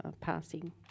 passing